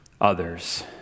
others